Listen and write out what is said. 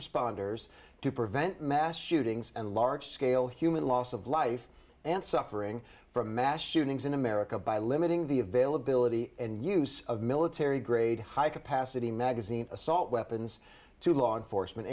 responders to prevent mass shootings and large scale human loss of life and suffering for mass shootings in america by limiting the availability and use of military grade high capacity magazine assault weapons to law enforcement